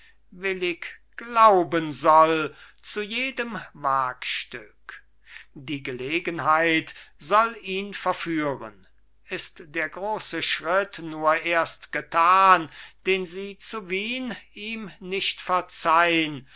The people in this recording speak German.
willig glauben soll zu jedem wagstück die gelegenheit soll ihn verführen ist der große schritt nur erst getan den sie zu wien ihm nicht verzeihn